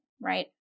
right